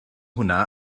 hwnna